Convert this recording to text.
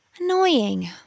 Annoying